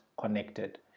connected